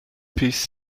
piece